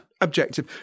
objective